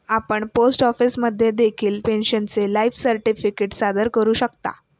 आपण पोस्ट ऑफिसमध्ये देखील पेन्शनरचे लाईफ सर्टिफिकेट सादर करू शकता